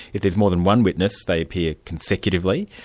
if there's more than one witness, they appear consecutively,